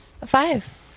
Five